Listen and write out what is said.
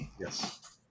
Yes